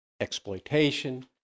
exploitation